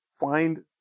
find